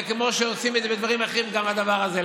כמו שעושים את זה בדברים אחרים, כך הדבר הזה.